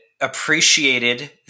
appreciated